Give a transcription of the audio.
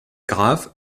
graves